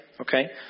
Okay